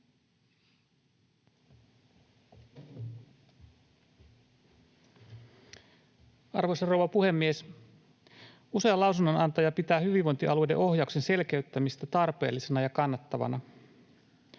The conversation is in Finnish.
Arvoisa rouva puhemies! Usea lausunnonantaja pitää hyvinvointialueiden ohjauksen selkeyttämistä tarpeellisena ja kannatettavana.